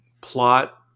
plot